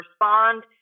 respond